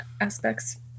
aspects